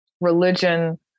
religion